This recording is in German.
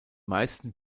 meisten